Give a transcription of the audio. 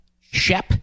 Shep